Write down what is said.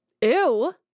Ew